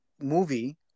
movie